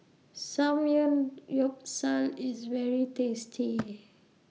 Samgeyopsal IS very tasty